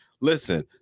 listen